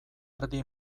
erdi